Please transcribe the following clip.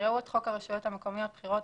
יקראו את חוק הרשויות המקומיות (בחירות),